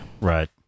Right